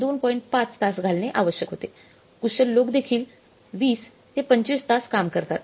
5 तास घालणे आवश्यक होते कुशल लोक देखील 20 25 तास काम करतात